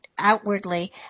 outwardly